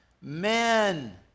Men